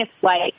flight